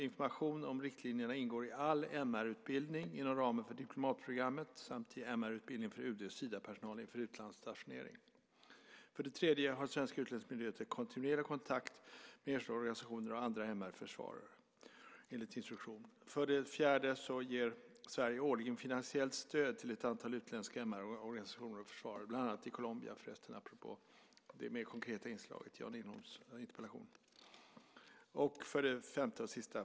Information om riktlinjerna ingår i all MR-utbildning inom ramen för diplomatprogrammet samt i MR-utbildningen för UD:s Sidapersonal inför utlandsstationering. 3. Svenska utlandsmyndigheter har kontinuerlig kontakt med enskilda organisationer och andra MR-försvarare, enligt instruktion. 4. Sverige ger årligen finansiellt stöd till ett antal utländska MR-organisationer och försvarare, bland annat i Colombia - apropå det mer konkreta inslaget i Jan Lindholms interpellation. 5.